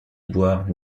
boire